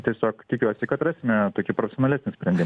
tiesiog tikiuosi kad rasime tokį profesionalesnį sprendimą